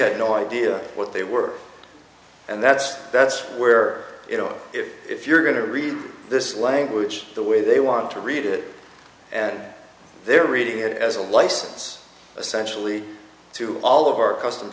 had no idea what they were and that's that's where you know if you're going to read this language the way they want to read it and they're reading it as a license essentially to all of our custom